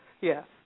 Yes